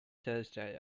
thursday